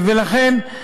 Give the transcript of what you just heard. ולכן,